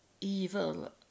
evil